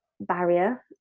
barrier